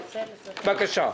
בבקשה.